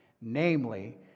Namely